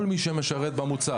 כל מי שמשרת במוצב.